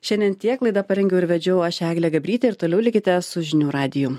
šiandien tiek laidą parengiau ir vedžiau aš eglė gabrytė ir toliau likite su žinių radiju